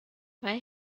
mae